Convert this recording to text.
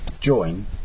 join